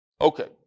Okay